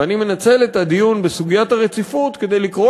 ואני מנצל את הדיון בסוגיית הרציפות כדי לקרוא